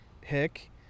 hick